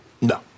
No